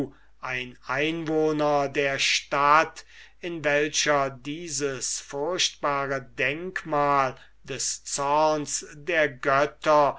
ein einwohner der stadt in welcher dieses furchtbare denkmal des zorns der götter